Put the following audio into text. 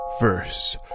Verse